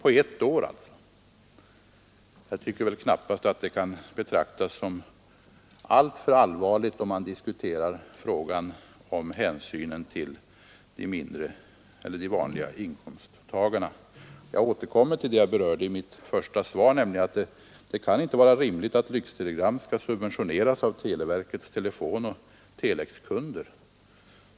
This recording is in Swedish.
Det kan knappast betraktas som alltför allvarligt när man diskuterar frågan om hänsynen till de vanliga inkomsttagarna. Jag återkommer till vad jag berörde i mitt svar, att det inte kan vara rimligt att lyxtelegrammen subventioneras av televerkets telefonoch telexkunder.